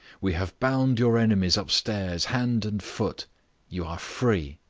we have bound your enemies upstairs hand and foot you are free.